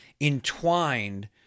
entwined